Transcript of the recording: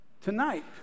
tonight